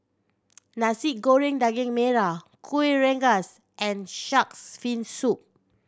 Nasi Goreng Daging Merah Kuih Rengas and Shark's Fin Soup